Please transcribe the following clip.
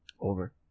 Over